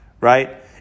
right